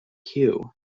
cue